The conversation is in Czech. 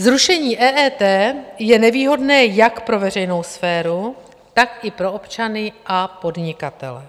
Zrušení EET je nevýhodné jak pro veřejnou sféru, tak i pro občany a podnikatele.